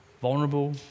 vulnerable